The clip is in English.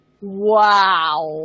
Wow